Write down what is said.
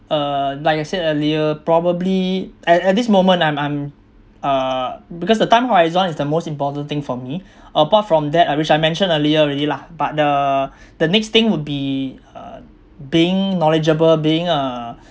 uh like I said earlier probably at at this moment I'm I'm uh because the time horizon is the most important thing for me apart from that uh which I mentioned earlier already lah but the the next thing would be uh being knowledgeable being uh